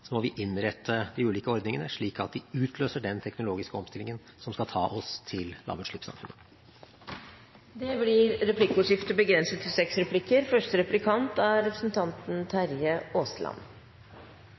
må vi innrette de ulike ordningene slik at de utløser den teknologiske omstillingen som skal ta oss til lavutslippssamfunnet. Det blir replikkordskifte. Aller først har jeg lyst til